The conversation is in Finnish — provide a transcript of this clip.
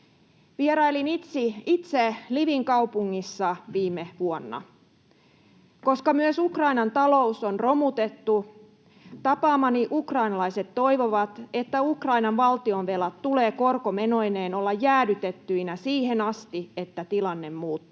Vierailin itse Lvivin kaupungissa viime vuonna. Koska myös Ukrainan talous on romutettu, tapaamani ukrainalaiset toivovat, että Ukrainan valtionvelkojen tulee korkomenoineen olla jäädytettyinä siihen asti, että tilanne muuttuu.